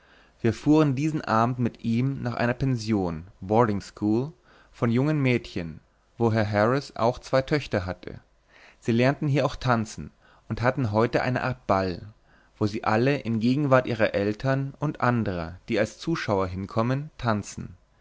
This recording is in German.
wir fuhren diesen abend mit ihm nach einer pension boarding school von jungen mädchen wo hr harris auch zwey töchter hatte sie lernen hier auch tanzen und hatten heute eine art ball wo sie alle in gegenwart ihrer eltern und andrer die als zuschauer hinkommen tanzen